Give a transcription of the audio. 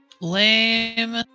Lame